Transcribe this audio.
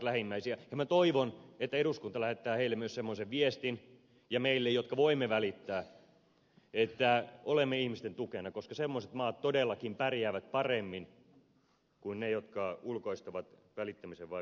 ja minä toivon että eduskunta lähettää heille myös semmoisen viestin ja meille jotka voimme välittää että olemme ihmisten tukena koska semmoiset maat todellakin pärjäävät paremmin kuin ne jotka ulkoistavat välittämisen vain viranomaistoiminnaksi